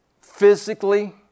physically